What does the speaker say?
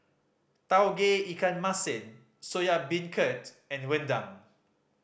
Tauge Ikan Masin Soya Beancurd and rendang